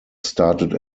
started